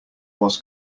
was